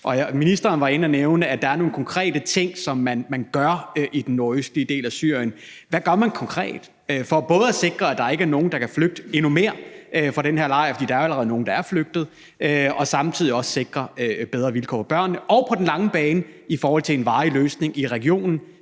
Ministeren nævnte, at der er nogle konkrete ting, som man gør i den nordøstlige del af Syrien: Hvad gør man konkret for både at sikre, at der ikke er endnu flere, der kan flygte fra den her lejr, for der er jo allerede nogle, der er flygtet, og samtidig sikre bedre vilkår for børnene? Og hvad gør man på den lange bane i forhold til en varig løsning i regionen